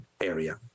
area